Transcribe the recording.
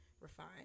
Refine